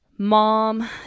mom